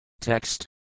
Text